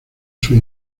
sus